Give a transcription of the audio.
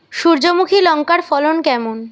সূর্যমুখী লঙ্কার ফলন কেমন?